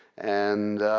and